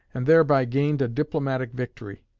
and thereby gained a diplomatic victory.